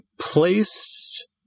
placed